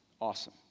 Awesome